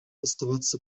оставаться